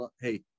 hey